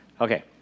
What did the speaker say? Okay